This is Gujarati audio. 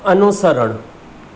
અનુસરણ